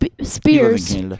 Spears